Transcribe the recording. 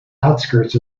outskirts